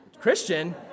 Christian